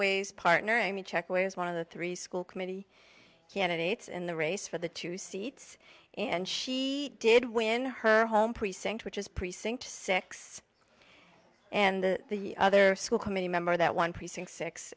always partner i mean check was one of the three school committee candidates in the race for the two seats and she did win her home precinct which is precinct six and the other school committee member that one precinct six